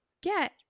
get